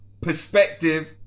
Perspective